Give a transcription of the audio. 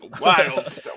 wild